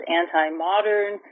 anti-modern